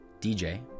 DJ